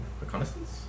reconnaissance